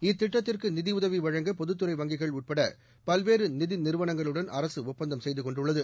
இத்திட்டத்திற்கு நிதியுதவி வழங்க பொதுத்தறை வங்கிகள் உட்ட பவ்வேறு நிதிறுவனங்களுடன் அரக ஒட்பந்தம் செய்துகொண்டுள்ளது